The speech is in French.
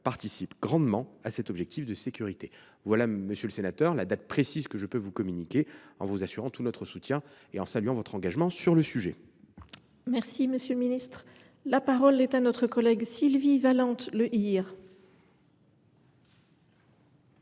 participent grandement à cet objectif de sécurité. Voilà, monsieur le sénateur, la date précise que je puis vous communiquer, en vous assurant de tout notre soutien et en saluant votre engagement sur le sujet. La parole est à Mme Sylvie Valente Le